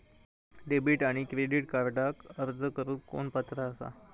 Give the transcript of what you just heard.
Debit आणि credit कार्डक अर्ज करुक कोण पात्र आसा?